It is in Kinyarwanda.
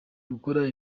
gukora